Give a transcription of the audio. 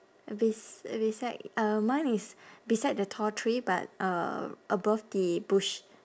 uh bes~ uh beside uh mine is beside the tall tree but uh above the bush